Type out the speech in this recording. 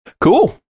Cool